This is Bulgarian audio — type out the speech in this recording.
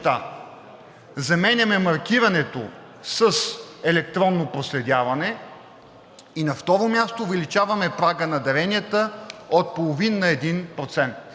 заменяме маркирането с електронно проследяване и, на второ място, увеличаваме прага на даренията от 0,5 на 1%.